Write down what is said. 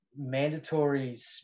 mandatories